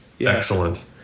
Excellent